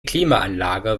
klimaanlage